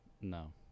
No